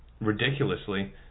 ridiculously